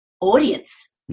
audience